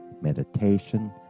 meditation